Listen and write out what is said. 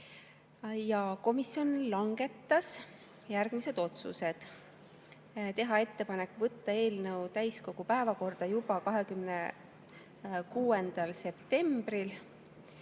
Komisjon langetas järgmised otsused: teha ettepanek võtta eelnõu täiskogu päevakorda juba 26. septembril,